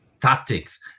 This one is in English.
tactics